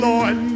Lord